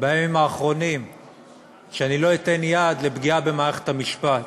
בימים האחרונים שלא אתן יד לפגיעה במערכת המשפט.